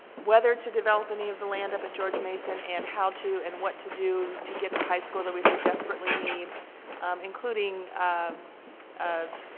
whether to develop any of the land up at george mason and how to and what to do to get the high school that we so desperately need including um